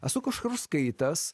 esu kažkur skaitęs